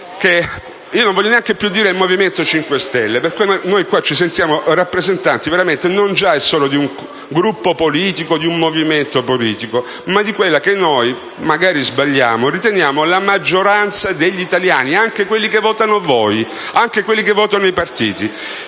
ma non voglio più dire per il Movimento 5 Stelle, perché noi qua ci sentiamo rappresentanti non già di un Gruppo o di un movimento politico, ma di quella che, magari sbagliando, riteniamo la maggioranza degli italiani, anche quelli che votano voi, anche quelli che votano i partiti.